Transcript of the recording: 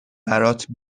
برات